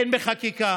הן בחקיקה,